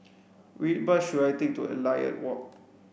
which bus should I take to Elliot Walk